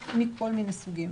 סנקציות,